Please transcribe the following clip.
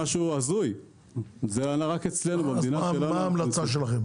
מה ההמלצה שלכם?